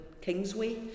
Kingsway